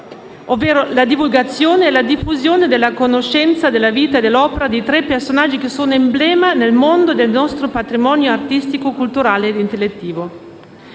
ovvero la divulgazione e la diffusione della conoscenza della vita e dell'opera di tre personaggi che sono emblema nel mondo del nostro patrimonio artistico, culturale e intellettivo.